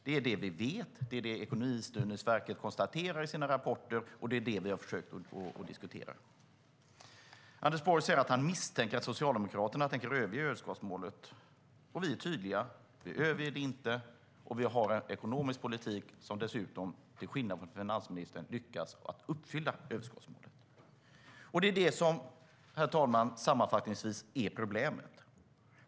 Det är det vi vet, det är det Ekonomistyrningsverket konstaterar i sina rapporter, och det är det vi har försökt diskutera. Anders Borg säger att han misstänker att Socialdemokraterna tänker överge överskottsmålet. Men vi är tydliga: Vi överger det inte, och vi har en ekonomisk politik som dessutom, till skillnad från finansministerns, lyckas uppfylla överskottsmålet. Sammanfattningsvis, herr talman, är det detta som är problemet.